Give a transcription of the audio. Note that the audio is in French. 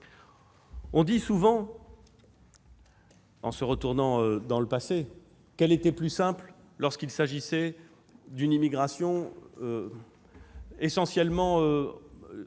On dit souvent, en se tournant vers le passé, qu'elle était plus simple lorsqu'il s'agissait d'une immigration issue de